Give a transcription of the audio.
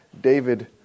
David